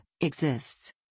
exists